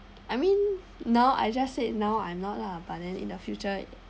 I mean now I just said now I'm not lah but then in the future